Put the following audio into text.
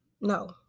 no